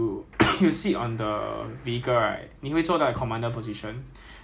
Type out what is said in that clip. ya so vehicle so vehicle commander and section commander the roles very very different